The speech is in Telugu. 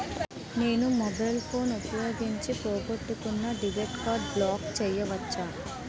నేను మొబైల్ ఫోన్ ఉపయోగించి పోగొట్టుకున్న డెబిట్ కార్డ్ని బ్లాక్ చేయవచ్చా?